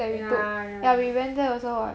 yeah yeah yeah